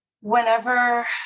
Whenever